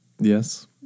Yes